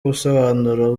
ubusobanuro